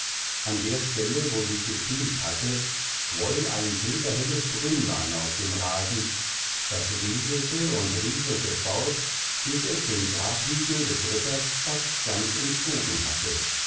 an der stelle wo sie gekniet hatte quoll ein silberhelles brünnlein aus dem rasen das rieselte und rieselte fort bis es den grabhügel des ritters fast ganz umzogen hatte